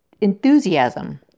enthusiasm